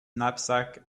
knapsack